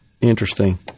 Interesting